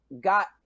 got